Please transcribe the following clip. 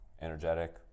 energetic